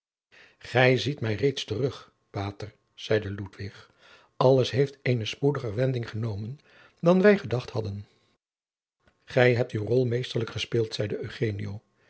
gij ziet mij reeds terug pater zeide ludwig alles heeft eene spoediger wending genomen dan wij gedacht hadden gij hebt uw rol meesterlijk gespeeld